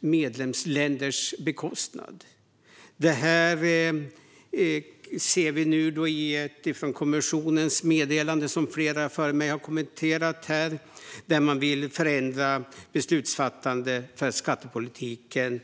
medlemsländers bekostnad. Vi ser det nu i kommissionens meddelande, som flera före mig har kommenterat här, där man vill förändra beslutsfattandet för skattepolitiken.